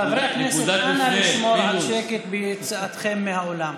חברי הכנסת, נא לשמור על השקט ביציאתכם מהאולם.